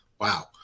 wow